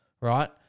right